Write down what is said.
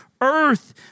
earth